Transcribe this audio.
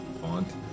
font